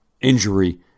injury